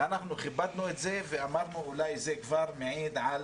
אנחנו כיבדנו את זה, ואמרנו שאולי זה מעיד על